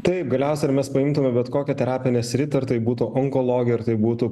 taip galiausia ar mes paimtume bet kokią terapinę sritį ar tai būtų onkologija ar tai būtų